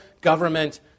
government